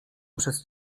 przez